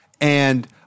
And-